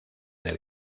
del